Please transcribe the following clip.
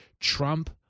Trump